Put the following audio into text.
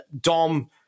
Dom